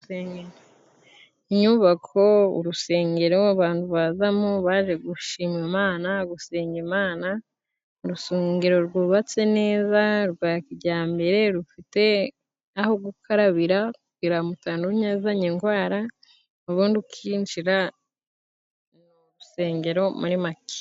Inyubako urusengero abantu bazamo baje gushima Imana, gusenga Imana, urusengero rwubatse neza rwa kijyambere rufite aho gukarabira kugira mutanuzanya indwara ubundi ukinjira ni urusengero muri make.